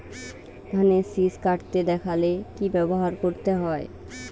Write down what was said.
ধানের শিষ কাটতে দেখালে কি ব্যবহার করতে হয়?